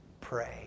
pray